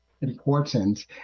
important